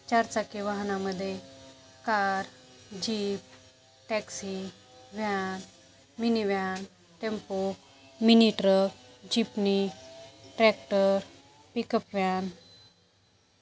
चारचाकी वाहनामध्ये car jeep taxi van mini van tempo mini truck jeepney tractor pickup van